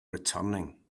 returning